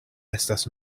estas